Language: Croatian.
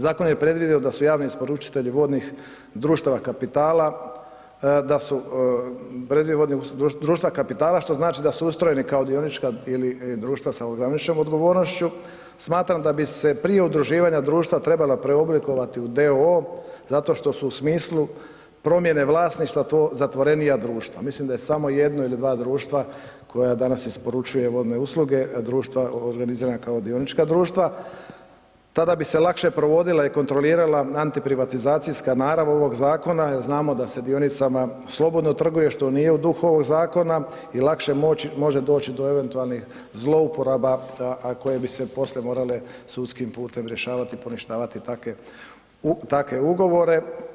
Zakon je predvidio da su javni isporučitelji vodnih društava kapitala, što znači da su ustrojeni kao dionička ili društva sa ograničenom odgovornošću, smatram da bi se prije udruživanja društva trebala preoblikovati u d.o.o. zato što su u smislu promijene vlasništva to zatvorenija društva, mislim da je samo jedno ili dva društva koja danas isporučuje vodne usluge, a društva organizirana kao dionička društva, tada bi se lakše provodila i kontrolirala antiprivatizacijska, narav ovog zakona jel znamo da se dionicama slobodno trguje što nije u duhu ovog zakona i lakše može doći do eventualnih zlouporaba, a koje bi se poslije morale sudskim putem rješavat i poništavati takve ugovore.